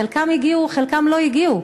חלקם הגיעו, חלקם לא הגיעו.